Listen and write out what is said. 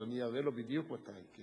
אבל אני אראה לו בדיוק מתי.